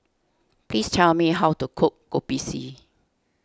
please tell me how to cook Kopi C